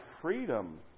freedom